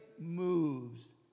moves